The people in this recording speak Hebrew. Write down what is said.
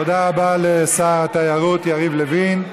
תודה רבה לשר התיירות יריב לוין.